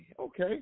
okay